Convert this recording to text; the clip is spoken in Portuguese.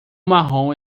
marrom